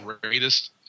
greatest